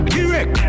Direct